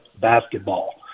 basketball